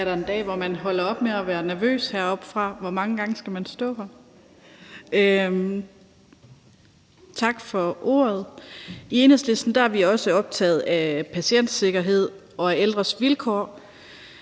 I Enhedslisten er vi også optaget af patientsikkerhed og af ældres vilkår.